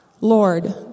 Lord